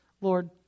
Lord